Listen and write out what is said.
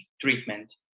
treatment